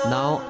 Now